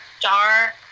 dark